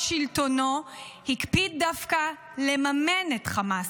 שלטונו הוא הקפיד דווקא לממן את חמאס,